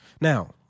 now